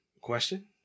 Question